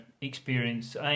experience